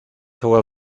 hywel